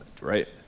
right